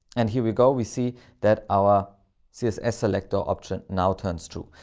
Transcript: and here we go, we see that our css selector option now turns true.